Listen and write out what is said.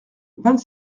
vingt